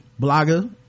blogger